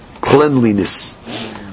cleanliness